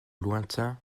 lointain